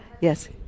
Yes